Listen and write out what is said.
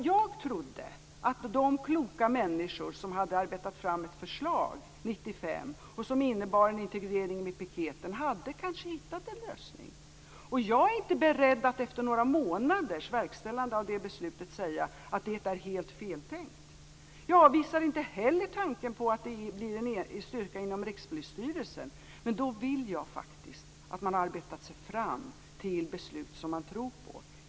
Jag trodde att de kloka människor som arbetat fram ett förslag 1995 som innebar en integrering med piketen kanske hade hittat en lösning. Jag är inte beredd av efter några månaders verkställande av det beslutet säga att det är helt fel tänkt. Jag avvisar inte heller tanken på att det blir en styrka inom Rikspolisstyrelsen. Men då vill jag faktiskt att man arbetat sig fram till beslut som man tror på.